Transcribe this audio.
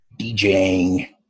DJing